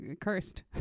Cursed